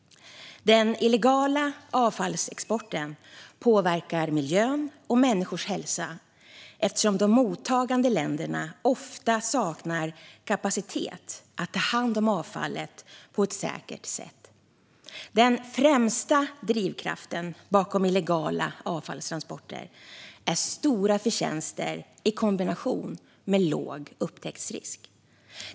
Den illegala avfallsexporten påverkar miljö och människors hälsa eftersom de mottagande länderna ofta saknar kapacitet att ta hand om avfallet på ett säkert sätt. Den främsta drivkraften bakom illegala avfallstransporter är stora förtjänster i kombination med låg upptäcktsrisk.